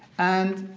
and,